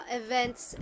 events